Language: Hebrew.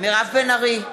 מירב בן ארי,